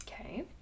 Okay